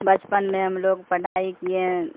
بچپن میں ہم لوگ پڑھائی کیے